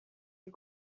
est